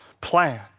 plan